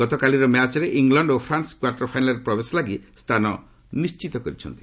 ଗତକାଲିର ମ୍ୟାଚ୍ରେ ଇଲଣ୍ଡ ଓ ଫ୍ରାନ୍ସ କ୍ୱାର୍ଟର ଫାଇନାଲ୍ରେ ପ୍ରବେଶ ଲାଗି ସ୍ଥାନ ନିଶ୍ଚିତ କରିଛନ୍ତି